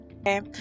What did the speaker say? Okay